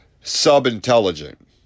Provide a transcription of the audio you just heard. sub-intelligent